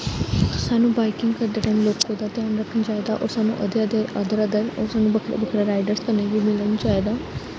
साह्नू बाइकिंग करदे टाइम लोकें दा ध्यान रक्खना चाहिदा और साह्नू अद्धे अद्धे अदर अदर और साह्नू बक्खरे बक्खरे राइडर्स कन्नै बी मिलना चाहिदा